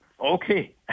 Okay